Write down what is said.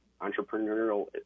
entrepreneurial